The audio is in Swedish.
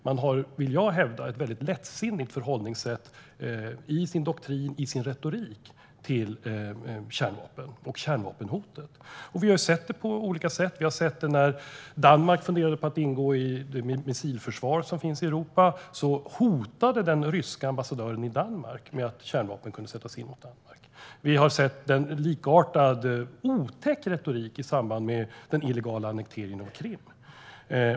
Man har, vill jag hävda, ett lättsinnigt förhållningssätt i sin doktrin, i sin retorik, till kärnvapen och kärnvapenhotet. Vi har sett det på olika sätt. När Danmark funderade på att ingå i det missilförsvar som finns i Europa hotade den ryska ambassadören i Danmark med att kärnvapen kunde sättas in mot Danmark. Vi har sett en likartad otäck retorik i samband med den illegala annekteringen av Krim.